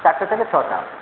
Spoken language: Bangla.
চারটে থেকে ছটা